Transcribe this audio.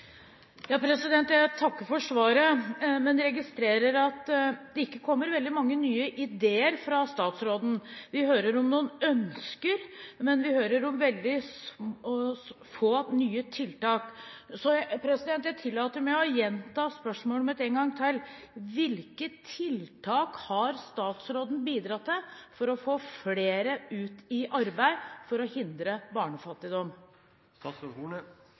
Jeg takker for svaret, men registrerer at det ikke kommer veldig mange nye ideer fra statsråden. Vi hører om noen ønsker, men vi hører om veldig få nye tiltak. Så jeg tillater meg å gjenta spørsmålet mitt: Hvilke tiltak har statsråden bidratt til for å få flere ut i arbeid, for å hindre